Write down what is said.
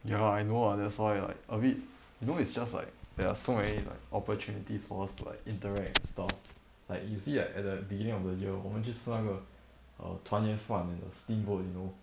ya I know lah that's why like a bit you know it's just like there are so many like opportunities for us to like interact and stuff like you see like at the beginning of the year 我们去吃那个 err 团圆饭 and the steamboat you know